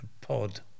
pod